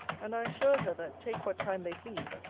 and i assured her, that, take what time they pleased,